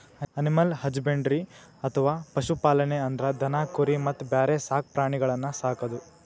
animal husbandry ಅಥವಾ ಪಶು ಪಾಲನೆ ಅಂದ್ರ ದನ ಕುರಿ ಮತ್ತ್ ಬ್ಯಾರೆ ಸಾಕ್ ಪ್ರಾಣಿಗಳನ್ನ್ ಸಾಕದು